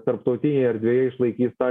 tarptautinėj erdvėj išlaikys tą